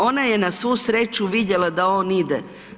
Ona je na svu sreću vidjela da on ide.